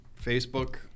Facebook